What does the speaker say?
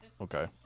Okay